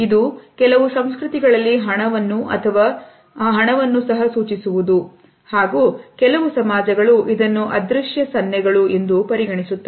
ಇದು ಕೆಲವು ಸಂಸ್ಕೃತಿಗಳಲ್ಲಿ ಹಣವನ್ನು ಸಹ ಸೂಚಿಸುವುದು ಸೂಚಿಸುತ್ತದೆ ಹಾಗೂ ಕೆಲವು ಸಮಾಜಗಳು ಇದನ್ನು ಅದೃಶ್ಯ ಸನ್ನೆಗಳು ಎಂದು ಪರಿಗಣಿಸುತ್ತವೆ